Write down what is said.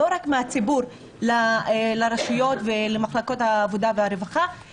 לא רק מהציבור לרשויות ולמחלקות העבודה והרווחה אלא